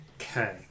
Okay